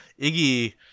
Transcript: Iggy